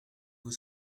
vous